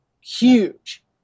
huge